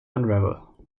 unravel